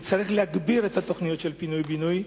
וצריך להגביר את התוכניות של "פינוי בינוי".